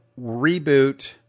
reboot